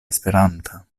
esperanta